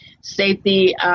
safety